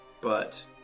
but-